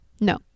No